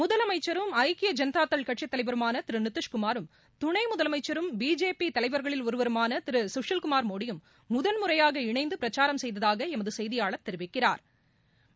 முதலமைச்சரும் ஐக்கிய ஐனதாதள் கட்சித் தலைவருமான திரு நிதிஷ்குமாரும் துணை முதலமைச்சரும் பிஜேபி தலைவர்களில் ஒருவருமான திரு சுசில்குமார் மோடியும் முதல் முறையாக இணைந்து பிரச்சாரம் செய்ததாக எமது செய்தியாளா் தெரிவிக்கிறாா்